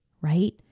right